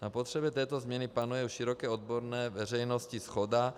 Na potřebě této změny panuje v široké odborné veřejnosti shoda.